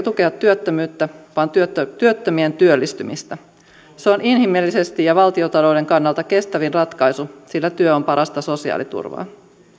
tukea työttömyyttä vaan työttömien työllistymistä se on inhimillisesti ja valtiontalouden kannalta kestävin ratkaisu sillä työ on parasta sosiaaliturvaa